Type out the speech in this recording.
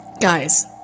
Guys